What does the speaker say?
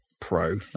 pro